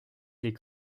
des